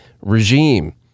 regime